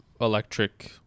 electric